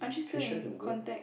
patient a word